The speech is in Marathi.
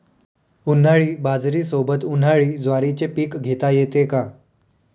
उन्हाळी बाजरीसोबत, उन्हाळी ज्वारीचे पीक घेता येते का?